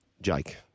Jake